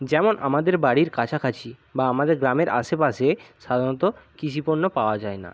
যেমন আমাদের বাড়ির কাছাকাছি বা আমাদের গ্রামের আশেপাশে সাধারণত কৃষিপণ্য পাওয়া যায় না